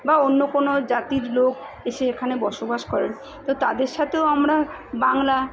বা অন্য কোনো জাতির লোক এসে এখানে বসবাস করেন তো তাদের সাথেও আমরা বাংলা